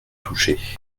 touchés